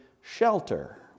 shelter